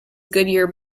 goodyear